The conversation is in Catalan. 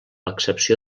excepció